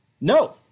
No